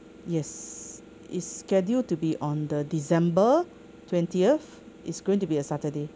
yes is scheduled to be on the december twentieth is going to be a saturday